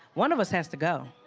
one of us has to go.